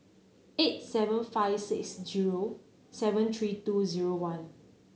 eight seven five six zero seven three two zero one